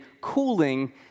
cooling